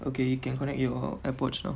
okay you can connect your AirPods now